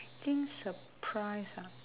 think surprise ah